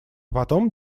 потом